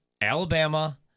Alabama